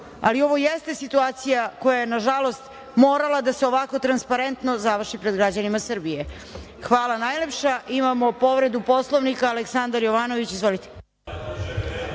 ali ovo jeste situacija koja je nažalost, morala da se ovako transparentno završi pred građanima Srbije. Hvala najlepše. Imamo povredu Poslovnika Aleksandar Jovanović. Izvolite.